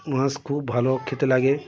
মাছ খুব ভালো খেতে লাগে